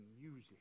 music